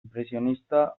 inpresionista